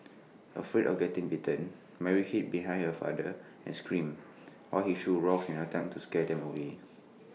afraid of getting bitten Mary hid behind her father and screamed while he threw rocks in an attempt to scare them away